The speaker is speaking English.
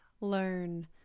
learn